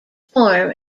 form